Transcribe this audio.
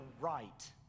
right